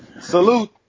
Salute